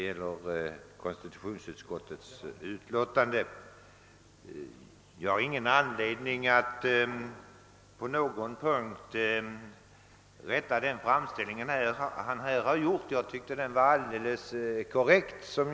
Jag har ingen anledning att på någon punkt rätta hans framställning; som jag uppfattade denna från min bänk var den helt korrekt.